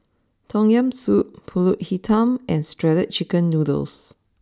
Tom Yam Soup Pulut Hitam and shredded Chicken Noodles